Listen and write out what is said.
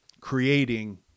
creating